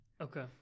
Okay